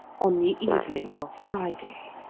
on the evening of friday.